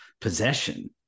possession